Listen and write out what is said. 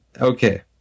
Okay